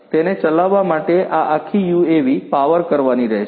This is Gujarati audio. તેને ચલાવવા માટે આ આખી યુએવી પાવર કરવાની રહેશે